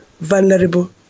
vulnerable